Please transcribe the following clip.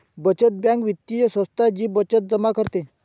बचत बँक वित्तीय संस्था जी बचत जमा करते